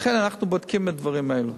לכן אנחנו בודקים את הדברים האלה.